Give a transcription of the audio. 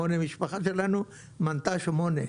המשפחה שלנו מנתה שמונה נפשות.